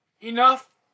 enough